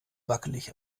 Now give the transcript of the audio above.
wackelig